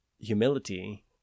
humility